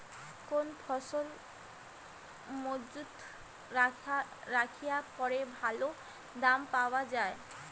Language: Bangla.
কোন ফসল মুজুত রাখিয়া পরে ভালো দাম পাওয়া যায়?